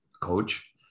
coach